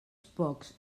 pocs